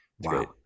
Wow